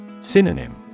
Synonym